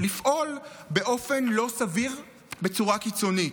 לפעול באופן לא סביר בצורה קיצונית?